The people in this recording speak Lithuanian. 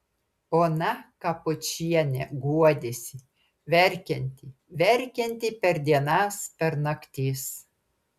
ona kapočienė guodėsi verkianti verkianti per dienas per naktis